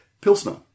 Pilsner